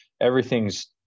everything's